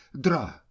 draw